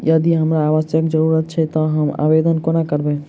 यदि हमरा आवासक जरुरत छैक तऽ हम आवेदन कोना करबै?